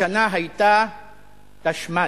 השנה היתה תשמ"ד.